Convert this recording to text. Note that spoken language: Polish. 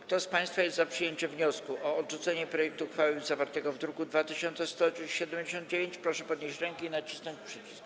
Kto z państwa posłów jest za przyjęciem wniosku o odrzucenie projektu uchwały zawartego w druku nr 2179, proszę podnieść rękę i nacisnąć przycisk.